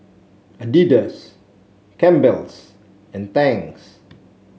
Adidas Campbell's and Tangs